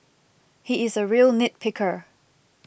he is a real nit picker